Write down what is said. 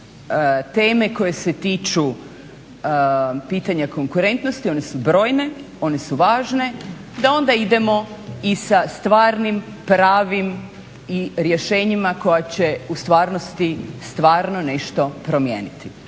teme koje se tiču pitanja konkurentnosti, one su brojne, one su važne, da onda idemo i sa stvarnim, pravim i rješenjima koja će u stvarnosti stvarno nešto promijeniti.